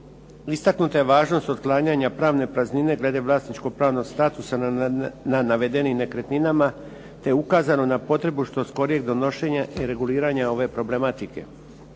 Istaknuta je važnost otklanjanja pravne praznine glede vlasničkog pravnog statusa na navedenim nekretninama, te ukazano na potrebu što skorijeg donošenja i reguliranja ove problematike.